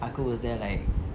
aku was there like